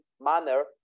manner